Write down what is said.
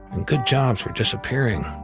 and good jobs were disappearing.